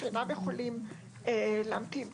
שאינם יכולים להמתין בתור,